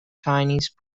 chinese